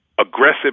aggressive